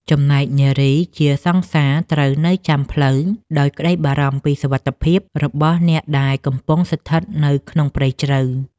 ចំណែកនារីជាសង្សារត្រូវនៅចាំផ្លូវដោយក្តីបារម្ភពីសុវត្ថិភាពរបស់អ្នកដែលកំពុងស្ថិតនៅក្នុងព្រៃជ្រៅ។